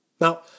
Now